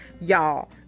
y'all